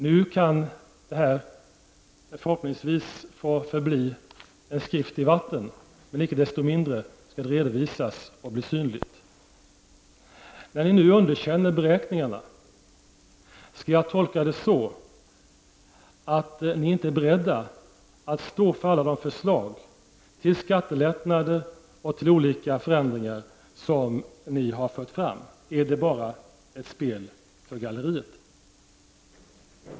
Nu kan det här förhoppningsvis få förbli en skrift i vatten, men icke desto mindre skall det redovisas och bli synligt. När ni nu underkänner beräkningarna vill jag fråga: Skall jag tolka det så, att ni inte är beredda att stå för alla de förslag till skattelättnader och olika förändringar som ni har fört fram? Är det bara ett spel för galleriet?